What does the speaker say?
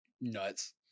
nuts